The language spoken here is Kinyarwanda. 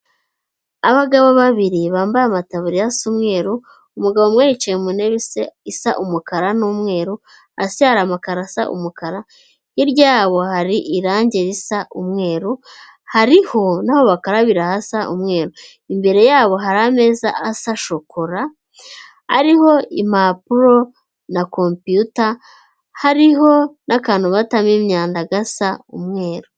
Abagabo babiri bambaye amataburiya asa umweruru, umugabo umwe yicaye mu ntebe isa umukara n'umweru, hasi hari amkaro asa umweru, hirya yabo hari irangi risa umweru, hariho n'aho bakarabira hasa umweru, imbere yabo hari ameza asa shokora ariho impapuro na kompiyuta, hariho n'akantu batamo imyanda gasa umweru.